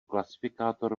klasifikátor